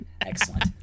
excellent